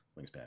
wingspan